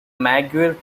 maguire